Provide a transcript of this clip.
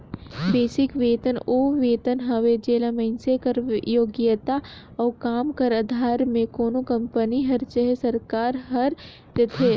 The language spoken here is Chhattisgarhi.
बेसिक बेतन ओ बेतन हवे जेला मइनसे कर योग्यता अउ काम कर अधार में कोनो कंपनी हर चहे सरकार हर देथे